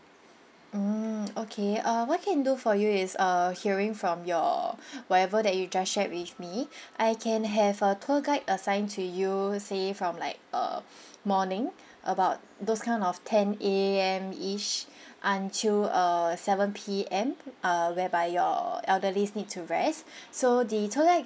mm okay err what can do for you is uh hearing from your whatever that you just shared with me I can have a tour guide assign to you say from like err morning about those kind of ten A_M-ish until uh seven P_M uh whereby your elderlies need to rest so the tour guide